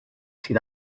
sydd